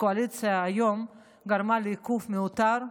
והקואליציה היום גרמה לעיכוב מיותר,